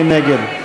מי נגד?